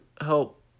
help